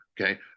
okay